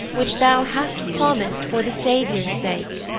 which thou hast promis'd for the saviour's sake!